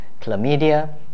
chlamydia